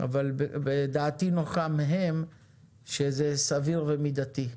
אבל שעתי נוחה מהם שזה סביר ומידתי,